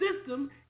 system